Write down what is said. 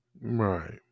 Right